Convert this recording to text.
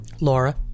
Laura